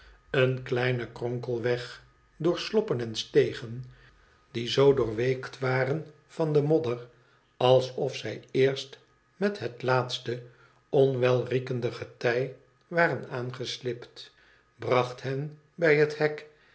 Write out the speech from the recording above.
een kleine kronkelweg door sloppen en stegen die zoo doorweekt waren van de modder alsof zij eerst met het laatste onwelriekende getij waren aangeslibd bracht hen bij het hek